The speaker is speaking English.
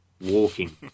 Walking